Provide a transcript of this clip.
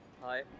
Hi